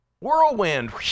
Whirlwind